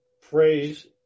phrase